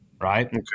right